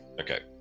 Okay